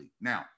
now